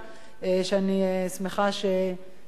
ואני שמחה שזאת אני,